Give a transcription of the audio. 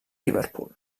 liverpool